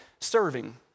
serving